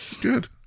good